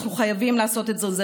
אנחנו חייבים לעשות את זה.